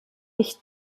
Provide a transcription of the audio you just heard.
ich